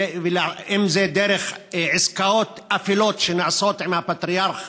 גם דרך עסקאות אפלות שנעשות עם הפטריארך